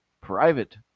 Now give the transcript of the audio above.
private